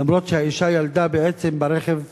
למרות שהאשה ילדה בעצם ברכב שלו,